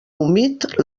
humit